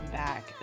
back